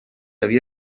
havia